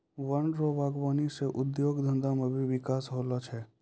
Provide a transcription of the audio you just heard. वन रो वागबानी सह उद्योग धंधा मे भी बिकास हुवै छै